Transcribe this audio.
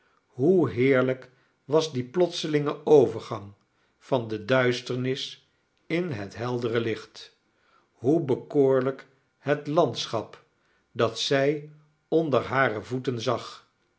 hoe heerlijk was die plotselinge overgang van de duisternis in het heldere licht hoe bekoorlijk het landschap dat zij onder hare voeten zag